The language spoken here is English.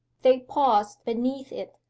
they paused beneath it,